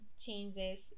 changes